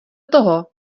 toho